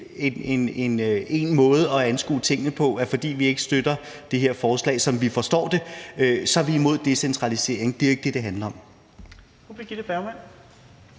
en måde at anskue tingene på, at fordi vi ikke støtter det her forslag, sådan som vi forstår det, er vi imod decentralisering. Det er jo ikke det, det handler om.